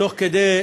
תוך כדי